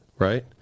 Right